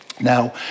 Now